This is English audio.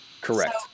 Correct